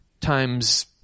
times